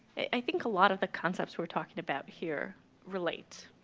i think a lot of the concepts we're talking about here relate.